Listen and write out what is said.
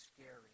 scary